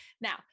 Now